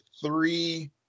three